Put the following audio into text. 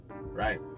right